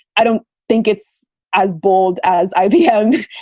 i don't think it's as bold as ibm.